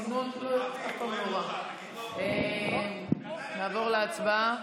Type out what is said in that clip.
צינון, נעבור להצבעה.